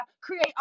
create